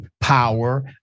power